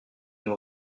nous